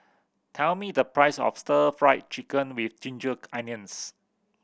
tell me the price of Stir Fry Chicken with ginger onions